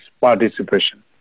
participation